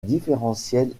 différentielle